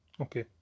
Okay